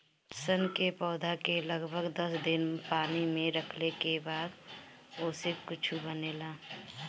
सन के पौधा के लगभग दस दिन पानी में रखले के बाद ओसे कुछू बनेला